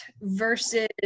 versus